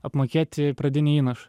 apmokėti pradinį įnaš